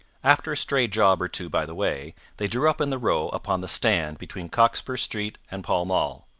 after a stray job or two by the way, they drew up in the row upon the stand between cockspur street and pall mall.